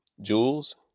jewels